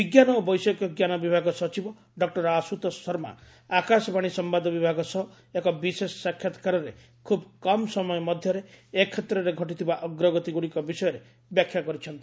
ବିଜ୍ଞାନ ଓ ବୈଷୟିକଜ୍ଞାନ ବିଭାଗ ସଚିବ ଡକ୍କର ଆଶୁତୋଷ ଶର୍ମା ଆକାଶବାଣୀ ସମ୍ଭାଦ ବିଭାଗ ସହ ଏକ ବିଶେଷ ସାକ୍ଷାତକାରରେ ଖୁବ୍ କମ୍ ସମୟ ମଧ୍ୟରେ ଏ କ୍ଷେତ୍ରରେ ଘଟିଥିବା ଅଗ୍ରଗତି ଗୁଡ଼ିକ ବିଷୟରେ ବ୍ୟାଖ୍ୟା କରିଛନ୍ତି